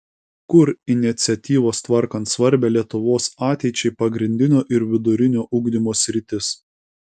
kur iniciatyvos tvarkant svarbią lietuvos ateičiai pagrindinio ir vidurinio ugdymo sritis